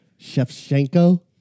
Shevchenko